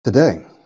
Today